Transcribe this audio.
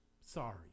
Sorry